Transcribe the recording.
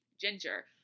Ginger